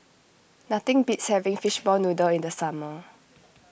nothing beats having Fishball Noodle in the summer